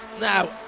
Now